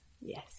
yes